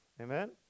Amen